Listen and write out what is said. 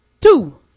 two